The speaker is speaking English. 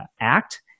act